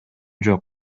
жок